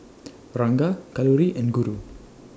Ranga Kalluri and Guru